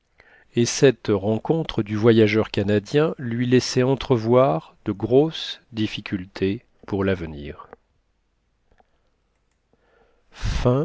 et cette rencontre du voyageur canadien lui laissait entrevoir de grosses difficultés pour l'avenir